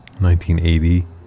1980